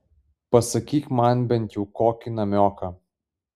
pasakyk man bent jau kokį namioką